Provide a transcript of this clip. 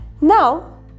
Now